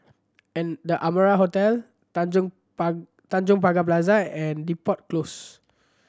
and The Amara Hotel Tanjong Tanjong Pagar Plaza and Depot Close